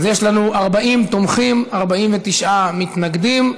אז יש לנו 40 תומכים, 49 מתנגדים.